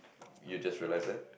you just realise that